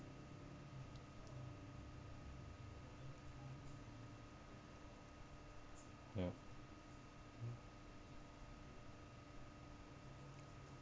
ya